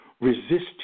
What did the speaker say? Resist